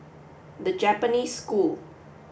the Japanese School